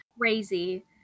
Crazy